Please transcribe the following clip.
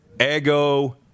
Ego